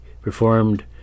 performed